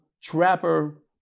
trapper